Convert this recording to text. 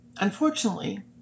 Unfortunately